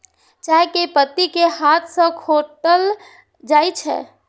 चाय के पत्ती कें हाथ सं खोंटल जाइ छै